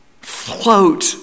float